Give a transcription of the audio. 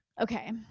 Okay